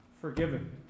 forgiven